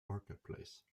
marketplace